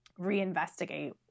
reinvestigate